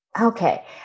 Okay